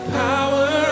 power